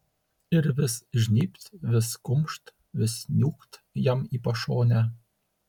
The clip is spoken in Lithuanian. ir vis žnybt vis kumšt vis niūkt jam į pašonę